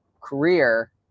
career